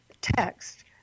text